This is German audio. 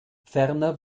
ferner